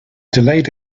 delayed